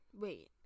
Wait